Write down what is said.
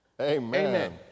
Amen